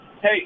Hey